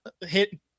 hit